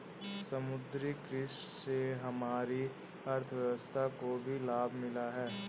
समुद्री कृषि से हमारी अर्थव्यवस्था को भी लाभ मिला है